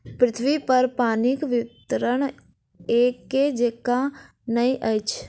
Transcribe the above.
पृथ्वीपर पानिक वितरण एकै जेंका नहि अछि